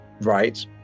right